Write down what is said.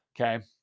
okay